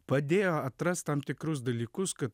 padėjo atrast tam tikrus dalykus kad